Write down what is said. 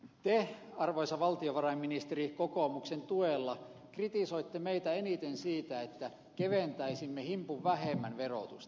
te arvoisa valtiovarainministeri kokoomuksen tuella kritisoitte meitä eniten siitä että keventäisimme himpun verran vähemmän verotusta